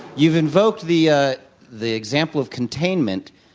you've invoked the ah the example of containment.